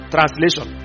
Translation